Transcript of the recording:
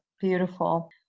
beautiful